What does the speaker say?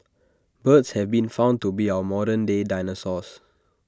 birds have been found to be our modern day dinosaurs